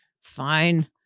fine